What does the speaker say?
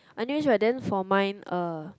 I know which one then for mine uh